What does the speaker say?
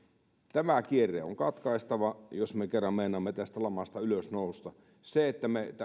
tämä kierre on katkaistava jos me kerran meinaamme tästä lamasta ylös nousta se